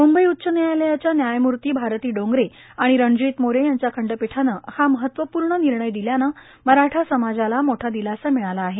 म्ंबई उच्च न्यायालयाच्या न्यायामूर्ती भारती डोंगरे आणि रणजित मोरे यांच्या खंडपीठाने हा महत्वपूर्ण निर्णय दिल्याने मराठा समजाला मोठा दिलासा मिळाला आहे